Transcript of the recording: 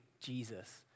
Jesus